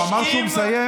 הוא אמר שהוא מסיים.